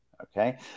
okay